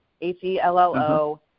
H-E-L-L-O